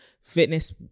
fitness